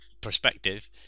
perspective